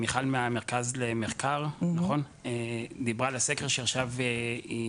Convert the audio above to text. מיכל דיברה על הסקר שהיא עכשיו הוציאה,